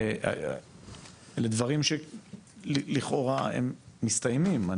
דברים שלכאורה הם מסתיימים.